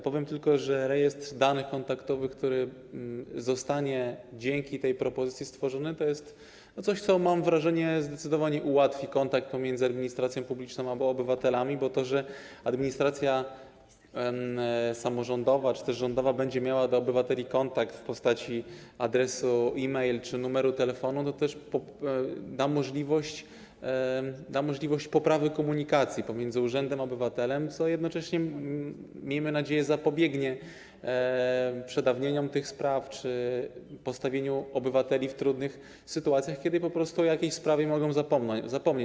Powiem tylko, że rejestr danych kontaktowych, który zostanie dzięki tej propozycji stworzony, to jest coś, co, mam wrażenie, zdecydowanie ułatwi kontakt pomiędzy administracją publiczną a obywatelami, bo to, że administracja samorządowa czy też rządowa będzie miała do obywateli kontakt w postaci adresu e-mail czy numeru telefonu, też da możliwość poprawy komunikacji pomiędzy urzędem a obywatelem, co jednocześnie, miejmy nadzieję, zapobiegnie przedawnieniom tych spraw czy postawieniu obywateli w trudnych sytuacjach, kiedy po prostu o jakiejś sprawie mogą zapomnieć.